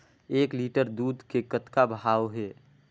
एक लिटर दूध के कतका भाव हे?